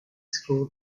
school